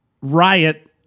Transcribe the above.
riot